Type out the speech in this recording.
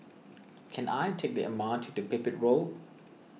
can I take the M R T to Pipit Road